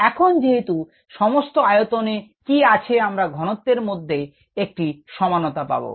এখন যেহেতু সমস্ত আয়তনে কি আছে আমরা ঘনত্বের মধ্যে একটি সমানতা পাবো